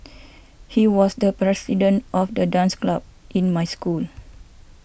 he was the president of the dance club in my school